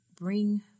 bring